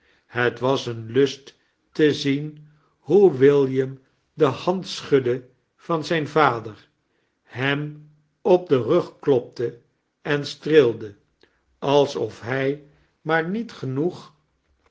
het was een lust te zien hoe william de hand schudde van zijn vader hem op den rug klopte en streelde aloof hij maar niet genoeg